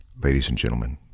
ladies and gentlemen,